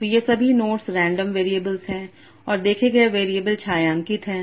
तो ये सभी नोड्स रैंडम वेरिएबल्स हैं और देखे गए वेरिएबल छायांकित हैं